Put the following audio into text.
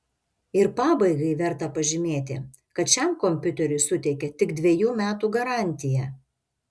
ir pabaigai verta pažymėti kad šiam kompiuteriui suteikia tik dvejų metų garantiją